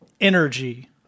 energy